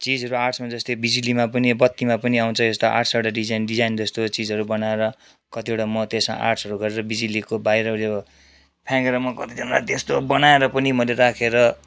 चिजहरू आर्ट्समा जस्तै बिजुलीमा पनि बत्तीमा पनि आउँछ यस्तो आर्ट्स एउटा डिजाइन डिजाइन जस्तो चिजहरू बनाएर कतिवटा म त्यसमा आर्ट्सहरू गरेर बिजुलीको बाहिर यो फ्याँकेर म कतिजनालाई म त्यस्तो बनाएर पनि मैले राखेर